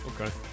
Okay